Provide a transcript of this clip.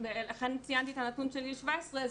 לכן ציינתי את הנתון של גיל 17,